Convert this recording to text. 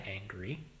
angry